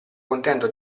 contento